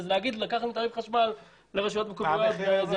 אז להגיד שלקחנו תעריף חשמל לרשויות המקומיות וזה